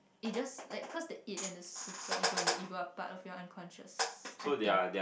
it's just like cause the age and the super you go and eat you go out part of your unconscious I think